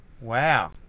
Wow